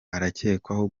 arakekwaho